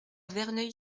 verneuil